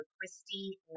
Christy